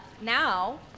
Now